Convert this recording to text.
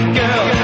girl